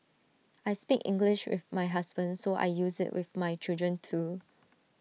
I speak English with my husband so I use IT with my children too